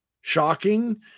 shocking